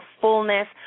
fullness